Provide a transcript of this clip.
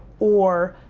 or,